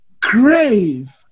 crave